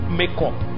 makeup